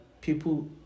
people